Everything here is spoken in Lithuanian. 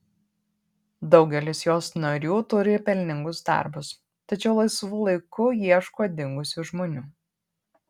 daugelis jos narių turi pelningus darbus tačiau laisvu laiku ieško dingusių žmonių